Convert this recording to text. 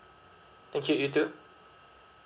thank you you too